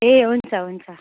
ए हुन्छ हुन्छ